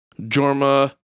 Jorma